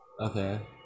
Okay